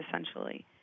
essentially